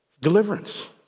Deliverance